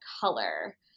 color